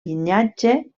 llinatge